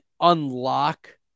unlock